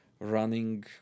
running